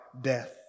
death